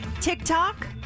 TikTok